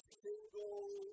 single